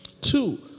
Two